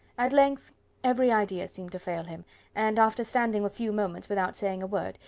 at length every idea seemed to fail him and, after standing a few moments without saying a word,